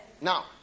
now